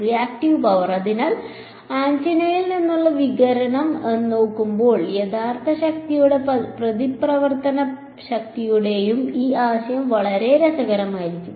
reactive power അതിനാൽ ആന്റിനയിൽ നിന്നുള്ള വികിരണം നോക്കുമ്പോൾ യഥാർത്ഥ ശക്തിയുടെയും പ്രതിപ്രവർത്തന ശക്തിയുടെയും ഈ ആശയം വളരെ രസകരമായിരിക്കും